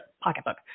pocketbook